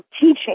teaching